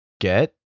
get